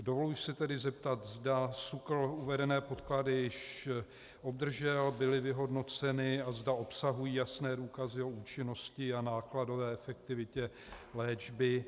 Dovoluji si tedy zeptat, zda SÚKL uvedené podklady již obdržel, byly vyhodnoceny a zda obsahují jasné důkazy o účinnosti a nákladové efektivitě léčby.